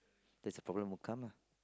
that's a problem would come lah